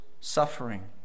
suffering